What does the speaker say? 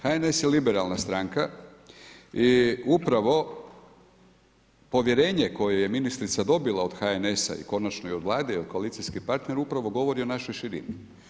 HNS je liberalna stranka i upravo povjerenje koje je ministrica dobila od HNS-a i konačno od Vlade i od koalicijskih partnera upravo govori o našoj širini.